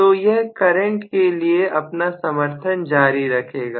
तो यह करंट के लिए अपना समर्थन जारी रखेगा